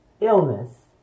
illness